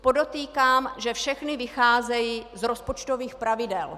Podotýkám, že všechny vycházejí z rozpočtových pravidel.